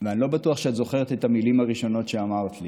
ואני לא בטוח שאת זוכרת את המילים הראשונות שאמרת לי.